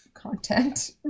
content